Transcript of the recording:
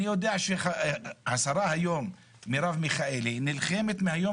אני יודע שהשרה מירב מיכאלי נלחמת מהיום